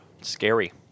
Scary